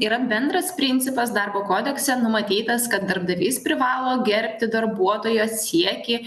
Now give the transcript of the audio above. yra bendras principas darbo kodekse numatytas kad darbdavys privalo gerbti darbuotojo siekį